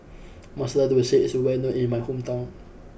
Masala Dosa is well known in my hometown